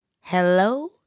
hello